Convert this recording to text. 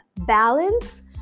Balance